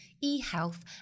e-health